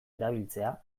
erabiltzea